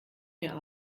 mir